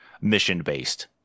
mission-based